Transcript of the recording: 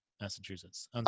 Massachusetts